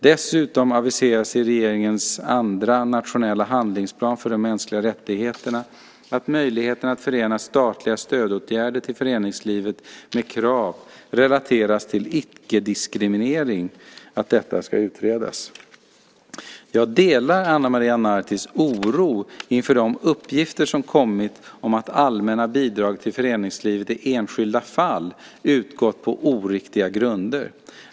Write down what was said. Dessutom aviseras i regeringens andra nationella handlingsplan för de mänskliga rättigheterna att möjligheten att förena statliga stödåtgärder till föreningslivet med krav relaterade till icke-diskriminering ska utredas. Jag delar Ana Maria Nartis oro inför de uppgifter som kommit om att allmänna bidrag till föreningslivet i enskilda fall utgått på oriktiga grunder.